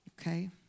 Okay